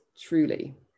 truly